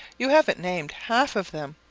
you haven't named half of them.